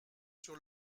sur